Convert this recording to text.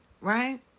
right